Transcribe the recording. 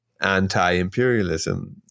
anti-imperialism